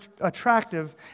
attractive